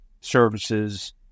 services